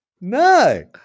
No